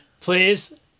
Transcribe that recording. please